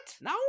No